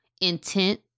intent